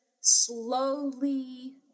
slowly